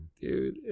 dude